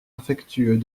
affectueux